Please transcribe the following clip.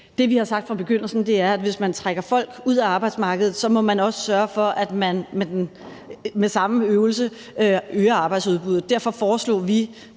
Det, vi har sagt fra begyndelsen, er, at hvis man trækker folk ud af arbejdsmarkedet, så må man også sørge for i samme øvelse at øge arbejdsudbuddet. Derfor foreslog vi,